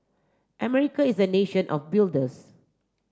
America is a nation of builders